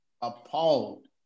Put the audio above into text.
appalled